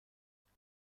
میشه